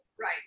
Right